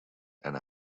and